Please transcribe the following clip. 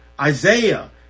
Isaiah